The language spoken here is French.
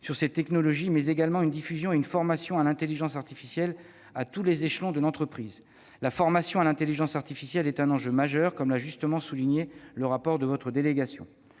hautement qualifiés, mais également par la diffusion d'une formation à l'intelligence artificielle à tous les échelons de l'entreprise. La formation à l'intelligence artificielle est un enjeu majeur, comme l'a justement souligné le rapport de la délégation.